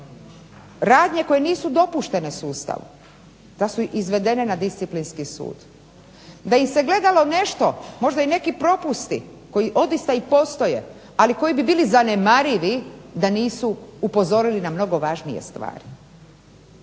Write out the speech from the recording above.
radnje koje nisu dopuštene sustavu da su izvedene na Disciplinski sud, da ih se gledalo nešto, možda i neki propusti koji odista i postoje, ali koji bi bili zanemarivi da nisu upozorili na mnogo važnije stvari.